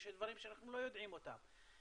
יש דברים שאנחנו לא יודעים אותם,